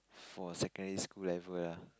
for a secondary school level lah